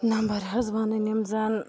number حظ وَننۍ یِم زَن